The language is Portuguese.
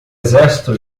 exército